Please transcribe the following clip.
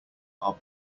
are